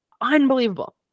unbelievable